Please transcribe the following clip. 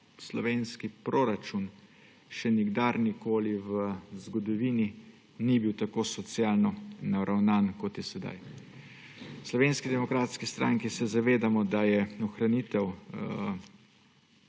slovenski proračun še nikdar in nikoli v zgodovini ni bil tako socialno naravnan, kot je sedaj. V Slovenski demokratski stranki se zavedamo, da je ohranitev